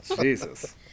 Jesus